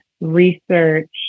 research